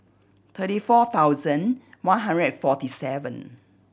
thirty four thousand one hundred and forty seven